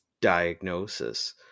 diagnosis